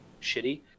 shitty